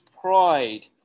pride